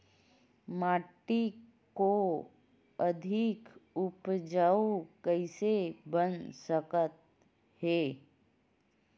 माटी को अधिक उपजाऊ कइसे बना सकत हे?